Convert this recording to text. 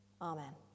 Amen